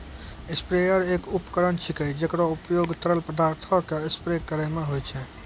sprayer एक उपकरण छिकै, जेकरो उपयोग तरल पदार्थो क स्प्रे करै म होय छै